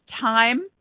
time